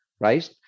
right